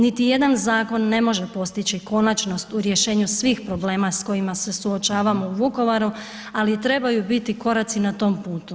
Niti jedan zakon ne može postići konačnost u rješenje svih problema s kojima se suočavamo u Vukovaru, ali trebaju biti koraci na tom putu.